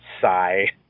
sigh